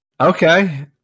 Okay